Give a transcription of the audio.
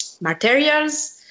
materials